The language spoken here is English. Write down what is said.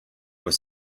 were